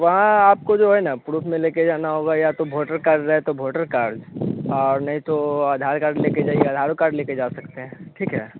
वहाँ आपको जो है ना प्रूफ में लेकर जाना होगा या तो भोटर कार्ड है तो भोटर कार्ड और नहीं तो आधार कार्ड लेकर जाइए आधार कार्ड लेकर जा सकते हैं ठीक है